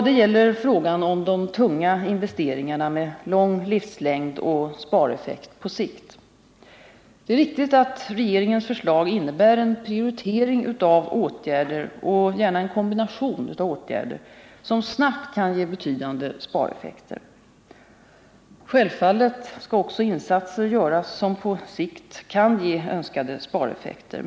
Det gäller frågan om de tunga investeringarna med lång livslängd och spareffekt på sikt. Det är riktigt att regeringens förslag innebär en prioritering av åtgärder, och gärna en kombination av åtgärder, som snabbt kan ge betydande spareffekter. Självfallet skall också insatser göras som på sikt kan ge önskade spareffekter.